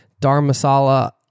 Dharmasala